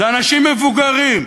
זה אנשים מבוגרים,